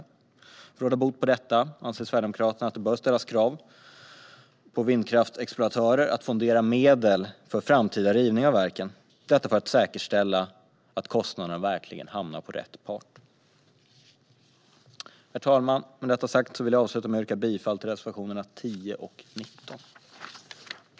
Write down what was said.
För att råda bot på detta anser Sverigedemokraterna att det bör det ställas krav på vindkraftsexploatörer att fondera medel för framtida rivning av verken - detta för att säkerställa att kostnaderna verkligen hamnar på rätt part. Herr talman! Med detta sagt vill jag avsluta med att yrka bifall till reservationerna 10 och 19.